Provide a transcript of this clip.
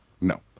No